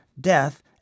death